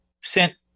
sent